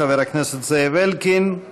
חבר הכנסת זאב אלקין.